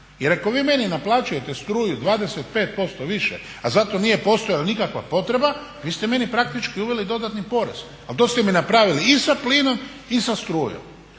Jer ako vi meni naplaćujete struju 25% više, a za to nije postojala nikakva potreba vi ste meni praktički uveli dodatni porez. Ali to ste mi napravili i sa plinom i sa strujom.